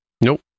Nope